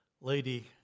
lady